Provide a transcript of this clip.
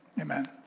Amen